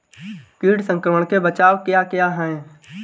कीट संक्रमण के बचाव क्या क्या हैं?